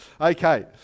Okay